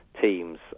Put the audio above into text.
teams